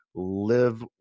Live